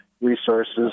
resources